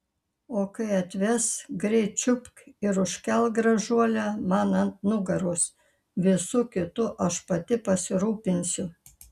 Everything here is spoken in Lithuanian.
o kai atves greit čiupk ir užkelk gražuolę man ant nugaros visu kitu aš pati pasirūpinsiu